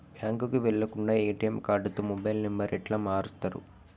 బ్యాంకుకి వెళ్లకుండా ఎ.టి.ఎమ్ కార్డుతో మొబైల్ నంబర్ ఎట్ల మారుస్తరు?